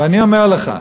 ואני אומר לך,